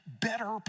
better